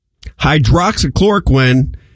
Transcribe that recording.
Hydroxychloroquine